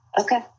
Okay